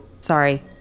Sorry